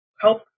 help